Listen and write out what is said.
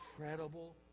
incredible